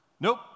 Nope